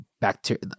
bacteria